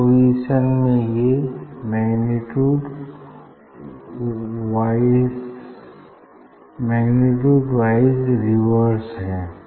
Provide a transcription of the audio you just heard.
इस पोजीशन में ये मैग्नीट्यूड वाइज रिवर्स हैं